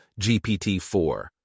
GPT-4